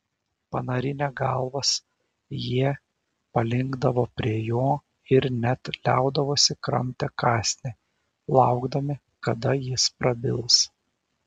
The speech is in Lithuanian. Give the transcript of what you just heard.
panarinę galvas jie palinkdavo prie jo ir net liaudavosi kramtę kąsnį laukdami kada jis prabils